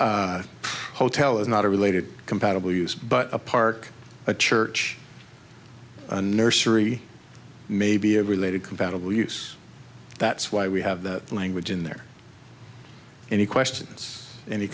house hotel is not a related compatible use but a park a church a nursery maybe a related compatible use that's why we have that language in there any questions any